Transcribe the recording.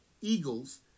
Eagles